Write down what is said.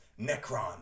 Necron